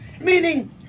Meaning